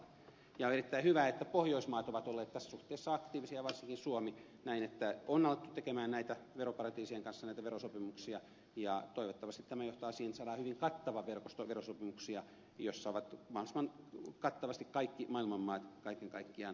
on erittäin hyvä että pohjoismaat ovat olleet tässä suhteessa aktiivisia varsinkin suomi niin että on alettu tehdä veroparatiisien kanssa verosopimuksia ja toivottavasti tämä johtaa siihen että saadaan hyvin kattava verkosto verosopimuksia joissa ovat mahdollisimman kattavasti kaikki maailman maat kaiken kaikkiaan mukana